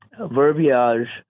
verbiage